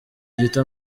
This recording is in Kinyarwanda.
gito